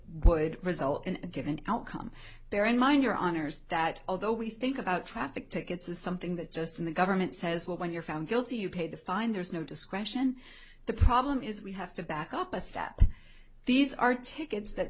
would result in a given outcome bear in mind your honour's that although we think about traffic tickets is something that just in the government says well when you're found guilty you pay the fine there's no discretion the problem is we have to back up a step these are tickets that